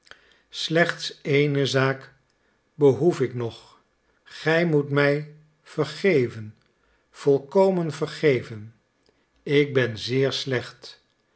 slechts eene zaak behoef ik nog gij moet mij vergeven volkomen vergeven ik ben zeer slecht